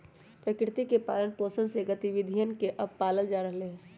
प्रकृति के पालन पोसन के गतिविधियन के अब पाल्ल जा रहले है